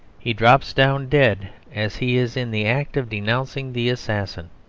he drops down dead as he is in the act of denouncing the assassin.